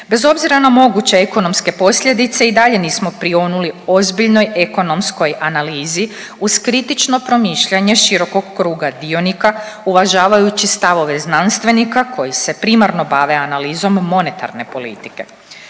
Bez obzira na moguće ekonomske posljedice i dalje nismo prionuli ozbiljnoj ekonomskoj analizi uz kritično promišljanje širokog krug dionika uvažavajući stavove znanstvenika koji se primarno bave analizom monetarne politike.